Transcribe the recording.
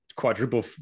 Quadruple